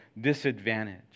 disadvantaged